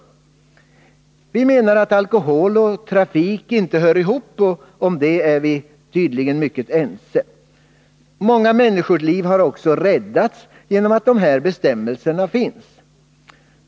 Vi menar att alkolhol och trafik inte hör ihop, och om det är vi tydligen mycket ense. Många människoliv har också räddats genom att dessa bestämmelser funnits.